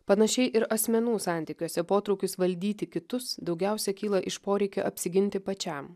panašiai ir asmenų santykiuose potraukis valdyti kitus daugiausia kyla iš poreikio apsiginti pačiam